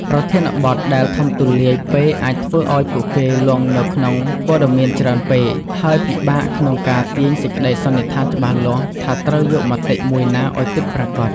ប្រធានបទដែលធំទូលាយពេកអាចធ្វើឱ្យពួកគេលង់នៅក្នុងព័ត៌មានច្រើនពេក ហើយពិបាកក្នុងការទាញសេចក្តីសន្និដ្ឋានច្បាស់លាស់ថាត្រូវយកមតិមួយណាឱ្យពិតប្រាកដ។